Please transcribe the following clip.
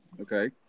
Okay